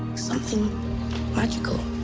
something magical,